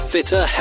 Fitter